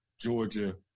Georgia